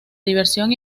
diversión